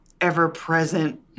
ever-present